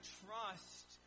trust